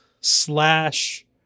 slash